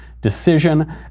decision